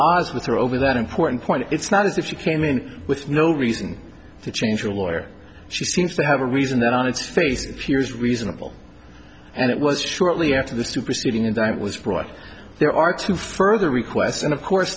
eyes with her over that important point it's not as if you came in with no reason to change your lawyer she seems to have a reason that on its face peers reasonable and it was shortly after the superseding indictment was right there are two further requests and of course